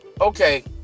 Okay